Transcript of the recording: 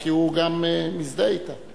הוא גם מזדהה אתה.